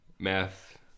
Math